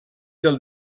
del